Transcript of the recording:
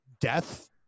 Death